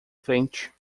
frente